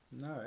No